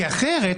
כי אחרת,